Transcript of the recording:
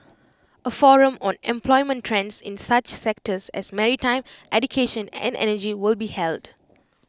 A forum on employment trends in such sectors as maritime education and energy will be held